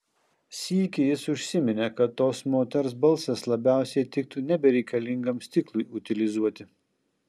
sykį jis užsiminė kad tos moters balsas labiausiai tiktų nebereikalingam stiklui utilizuoti